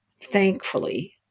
thankfully